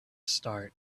start